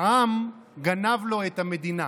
העם גנב לו את המדינה".